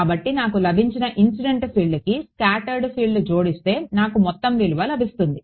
కాబట్టి నాకు లభించిన ఇన్సిడెంట్ ఫీల్డ్కి స్కాట్టర్డ్ ఫీల్డ్ జోడిస్తే నాకు మొత్తం విలువ లభిస్తుంది